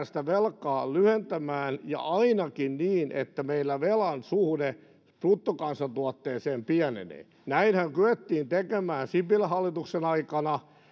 sitä velkaa lyhentämään ja ainakin niin että meillä velan suhde bruttokansantuotteeseen pienenee näinhän kyettiin tekemään sipilän hallituksen aikana